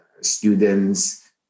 students